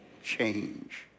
Change